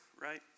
right